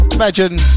Imagine